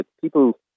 People